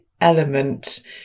element